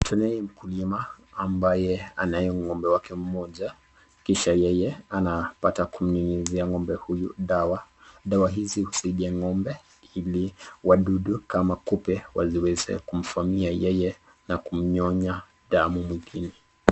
Tunaye mkulima ambaye anaye ng'ombe wake mmoja. Kisha yeye anapata kumnyunyuzia ng'ombe huyu dawa. Dawa hizi husaidia ng'ombe ili wadudu kama kupe wasiweze kumvamia yeye na kumnyonya damu mwilini.